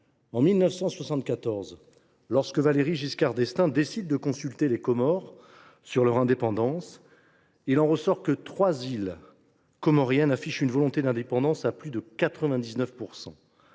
En 1974, lorsque Valéry Giscard d’Estaing décide de consulter les Comores sur leur indépendance, trois îles comoriennes affirment une volonté d’indépendance, à plus de 99